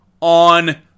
On